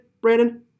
Brandon